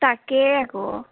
তাকে আকৌ